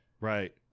Right